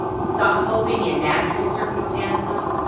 stop hoping in natural circumstances,